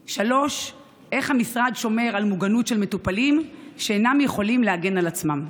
3. איך המשרד שומר על המוגנות של המטופלים שאינם יכולים להגן על עצמם?